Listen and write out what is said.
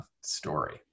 story